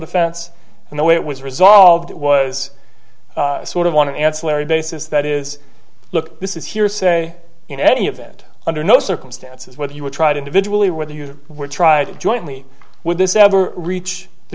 defense and the way it was resolved it was sort of want to ancillary basis that is look this is hearsay in any event under no circumstances whether you were tried individually or whether you were tried jointly with this ever reach the